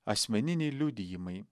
asmeniniai liudijimai